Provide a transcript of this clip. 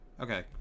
Okay